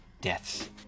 deaths